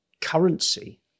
currency